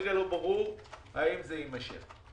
כרגע לא ברור האם זה יימשך.